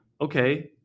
okay